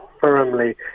firmly